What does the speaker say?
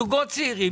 זוגות צעירים,